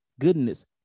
goodness